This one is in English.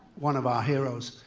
one of our heroes.